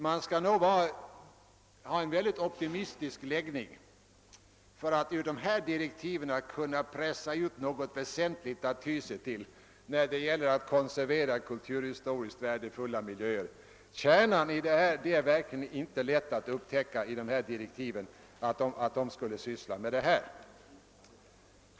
Man skall nog ha en mycket optimistisk läggning för att ur dessa direktiv kunna pressa ut någonting väsentligt att ty sig till när det gäller att konservera kulturhistoriskt värdefulla miljöer. Kärnan i dessa direktiv — att de sakkunniga skulle syssla med denna fråga — är verkligen inte lätt att upptäcka.